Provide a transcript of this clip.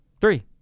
three